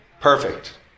Perfect